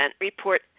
report